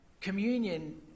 communion